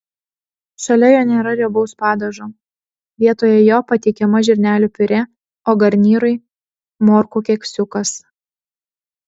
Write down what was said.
šalia jo nėra riebaus padažo vietoje jo pateikiama žirnelių piurė o garnyrui morkų keksiukas